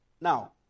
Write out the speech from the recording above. Now